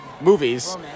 movies